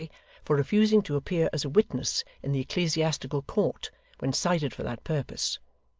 for refusing to appear as a witness in the ecclesiastical court when cited for that purpose.